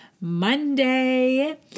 Monday